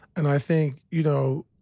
and i think, you know,